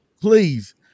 Please